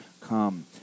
come